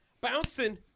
bouncing